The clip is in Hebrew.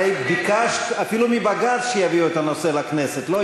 הרי ביקשת אפילו מבג"ץ שיביא את הנושא לכנסת, לא?